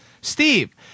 Steve